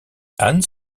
anne